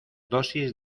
dosis